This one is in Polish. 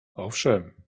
owszem